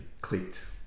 clicked